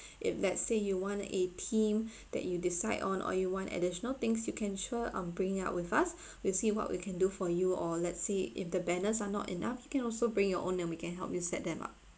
if let's say you want a theme that you decide on or you want additional things you can sure um bringing up with us we'll see what we can do for you or let's say if the banners are not enough you can also bring your own and we can help you set them up